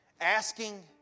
asking